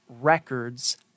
records